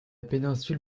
péninsule